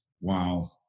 Wow